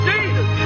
Jesus